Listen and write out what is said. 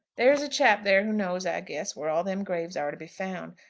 there's a chap there who knows, i guess, where all them graves are to be found.